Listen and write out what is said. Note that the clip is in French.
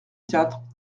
quatre